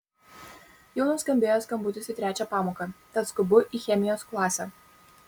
jau nuskambėjo skambutis į trečią pamoką tad nuskubu į chemijos klasę